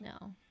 No